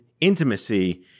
intimacy